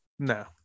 No